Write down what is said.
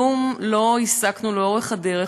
כלום לא הסקנו לאורך הדרך,